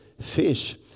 fish